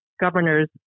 governors